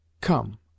Come